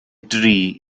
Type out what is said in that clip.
dri